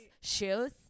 shoes